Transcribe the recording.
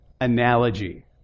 analogy